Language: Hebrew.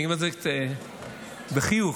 ואני אגיד את זה בחיוך,